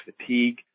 fatigue